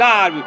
God